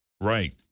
Right